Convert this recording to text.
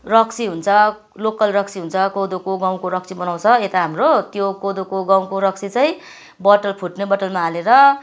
रक्सी हुन्छ लोकल रक्सी हुन्छ कोदोको गहुँको रक्सी बनाउँछ यता हाम्रो त्यो कोदोको गहुँको रक्सी चाहिँ बटल फुट्ने बटलमा हालेर